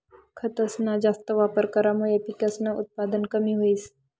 खतसना जास्त वापर करामुये पिकसनं उत्पन कमी व्हस